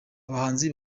abahanzi